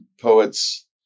poet's